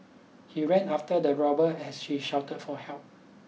he ran after the robber as she shouted for help